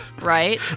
right